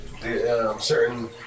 certain